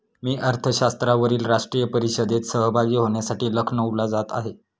मी अर्थशास्त्रावरील राष्ट्रीय परिषदेत सहभागी होण्यासाठी लखनौला जात आहे